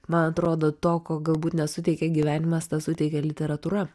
man atrodo to ko galbūt nesuteikė gyvenimas tą suteikia literatūra